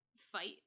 fight